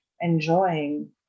enjoying